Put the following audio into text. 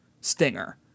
stinger